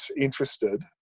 interested